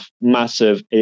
massive